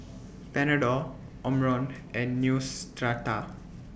Panadol Omron and Neostrata